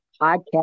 podcast